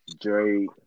Drake